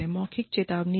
मौखिक चेतावनी दें